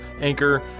anchor